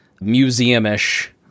museum-ish